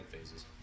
phases